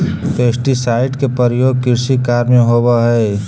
pesticide के प्रयोग कृषि कार्य में होवऽ हई